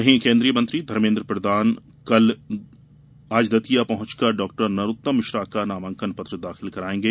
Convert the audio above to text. वहीं केन्द्रीय मंत्री धर्मेन्द्र प्रधान आज दतिया पहुंचकर डॉ नरोत्तम मिश्रा का नामांकन पत्र दाखिल करायेंगे